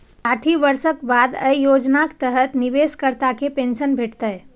साठि वर्षक बाद अय योजनाक तहत निवेशकर्ता कें पेंशन भेटतै